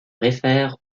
réfère